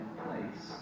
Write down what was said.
place